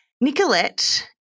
Nicolette